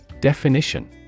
Definition